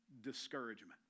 discouragement